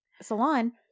salon